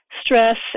stress